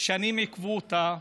שנים עיכבו אותה.